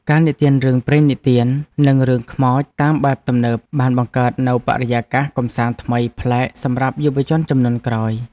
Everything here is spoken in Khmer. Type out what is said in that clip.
ការនិទានរឿងព្រេងនិទាន និងរឿងខ្មោចតាមបែបទំនើបបានបង្កើតនូវបរិយាកាសកម្សាន្តថ្មីប្លែកសម្រាប់យុវជនជំនាន់ក្រោយ។